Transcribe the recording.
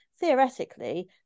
theoretically